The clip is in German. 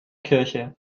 kirche